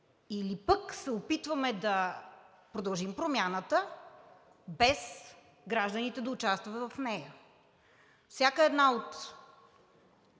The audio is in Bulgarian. или пък се опитваме да продължим промяната, без гражданите да участват в нея. Всяка една от